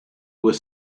was